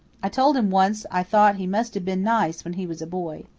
i told him once i thought he must have been nice when he was a boy.